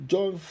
John